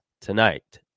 tonight